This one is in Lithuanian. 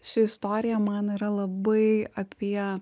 ši istorija man yra labai apie